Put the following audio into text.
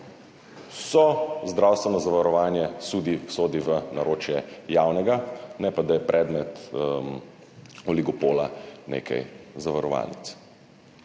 vse zdravstveno zavarovanje sodi v naročje javnega, ne pa da je predmet oligopola nekaj zavarovalnic.